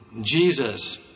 Jesus